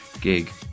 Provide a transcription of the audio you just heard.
Gig